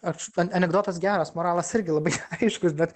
aš anekdotas geras moralas irgi labai aiškus bet